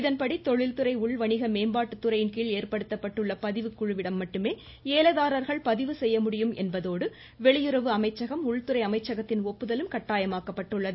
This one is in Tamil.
இதன்கீழ் தொழில்துறை உள்வணிக மேம்பாட்டு துறையின் கீழ் ஏற்படுத்தப்பட்டுள்ள பதிவு குழுவிடம் மட்டுமே ஏலதாரர்கள் பதிவு செய்யமுடியும் என்பதோடு வெளியுறவு அமைச்சகம் உள்துறை அமைச்சகத்தின் ஒப்புதலும் கட்டாயமாக்கப்பட்டுள்ளது